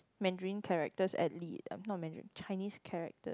Mandarin characters at lea~ not Mandarin Chinese characters